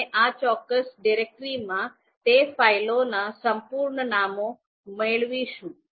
આપણે આ ચોક્કસ ડિરેક્ટરીમાં તે ફાઇલોના સંપૂર્ણ નામો મેળવીશું